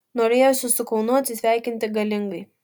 norėjosi su kaunu atsisveikinti galingai